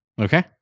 Okay